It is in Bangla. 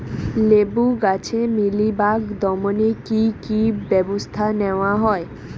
লেবু গাছে মিলিবাগ দমনে কী কী ব্যবস্থা নেওয়া হয়?